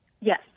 Yes